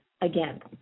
again